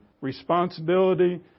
responsibility